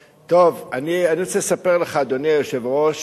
טוב, אני רוצה לספר לך, אדוני היושב-ראש,